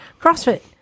CrossFit